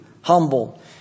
humble